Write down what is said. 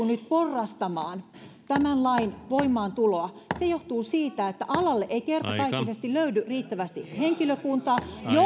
nyt porrastamaan tämän lain voimaantuloa johtuu siitä että alalle ei kertakaikkisesti löydy riittävästi henkilökuntaa